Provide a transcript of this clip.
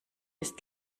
ist